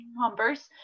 numbers